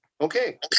Okay